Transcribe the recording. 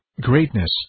greatness